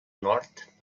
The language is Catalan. nord